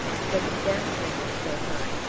because the gas-ring is so high,